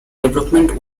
development